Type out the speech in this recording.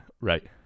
Right